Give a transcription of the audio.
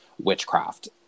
witchcraft